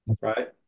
right